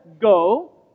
go